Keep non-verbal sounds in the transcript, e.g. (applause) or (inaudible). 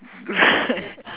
(noise) right